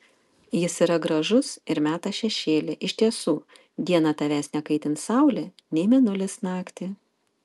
jis yra gražus ir meta šešėlį iš tiesų dieną tavęs nekaitins saulė nei mėnulis naktį